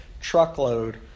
truckload